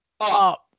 up